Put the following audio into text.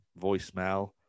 voicemail